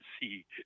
see